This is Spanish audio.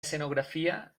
escenografía